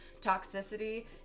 toxicity